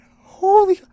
Holy